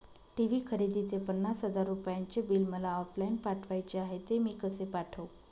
TV खरेदीचे पन्नास हजार रुपयांचे बिल मला ऑफलाईन पाठवायचे आहे, ते मी कसे पाठवू?